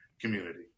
community